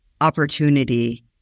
opportunity